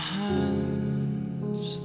hands